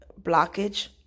blockage